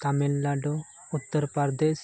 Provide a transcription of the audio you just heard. Tamil Nadu Uttar Pradesh